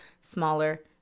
smaller